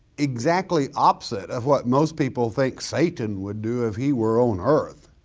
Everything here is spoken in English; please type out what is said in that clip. exactly opposite of what most people think satan would do if he were on earth,